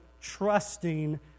trusting